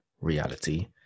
reality